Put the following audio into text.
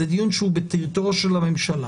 זה דיון שהוא בטריטוריה של הממשלה.